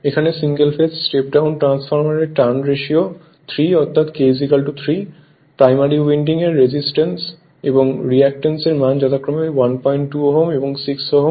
এখানে single phase step down transformer এর turn ratio 3 অর্থাৎ k 3 প্রাইমারি উইন্ডি এর রেজিস্ট্যান্স এবং রিয়্যাক্ট্যান্স এর মান যথাক্রমে 12 Ω এবং 6 Ω